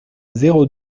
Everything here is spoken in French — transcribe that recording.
zéro